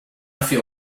feel